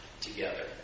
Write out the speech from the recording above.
together